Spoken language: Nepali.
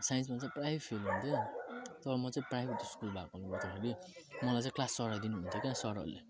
र साइन्समा चाहिँ प्राय फेल हुन्थ्यो तर म चाहिँ प्राइभेट स्कुल भएकोले गर्दाखेरि मलाई चाहिँ क्लास चढाइदिनुहुन्थ्यो सरहरूले